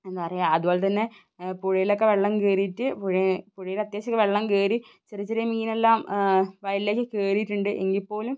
എന്താ പറയുക അതുപോലെ തന്നെ പുഴയില് ഒക്കെ വെള്ളം കയറിയിട്ട് പുഴയില് അത്യാവശ്യം വെള്ളം കയറി ചെറിയ ചെറിയ മീനെല്ലാം വയലിലേയ്ക്ക് കയറിയിട്ടുണ്ട് എങ്കിൽപ്പോലും